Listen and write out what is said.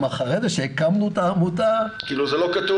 וגם אחרי כן כשהקמנו את העמותה משרד